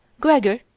Gregor